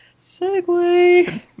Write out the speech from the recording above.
segue